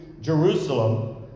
Jerusalem